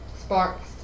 Sparks